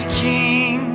king